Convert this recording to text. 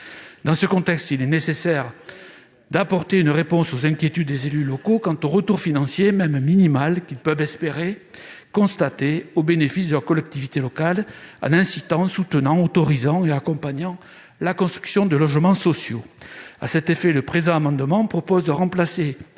Dans ce contexte, il est nécessaire d'apporter une réponse aux inquiétudes des élus locaux quant au retour financier, même minimal, qu'ils peuvent espérer constater au bénéfice de leur collectivité locale, en incitant, en soutenant, en autorisant et en accompagnant la construction de logements sociaux. À cet effet, le présent amendement vise à transformer,